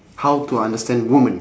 how to understand woman